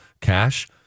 cash